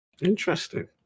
Interesting